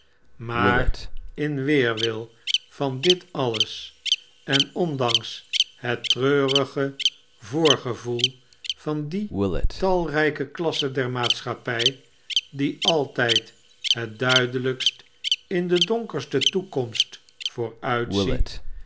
maar in weerwil van dit alles en ondanks het treurige voorgevoel van die talrijke klasse der maatschappij die altijd het duidelijkst in de donkerste toekomst